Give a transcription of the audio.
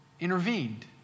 intervened